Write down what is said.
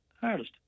Hardest